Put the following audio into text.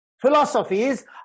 philosophies